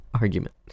argument